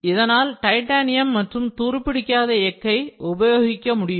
இதனால் டைட்டானியம் மற்றும் துருப்பிடிக்காத எஃகை உபயோகிக்க முடியும்